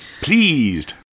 pleased